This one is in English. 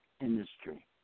industry